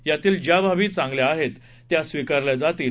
यातील ज्या बाबी चांगल्या आहेत त्या स्वीकारल्या जातील